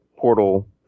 portal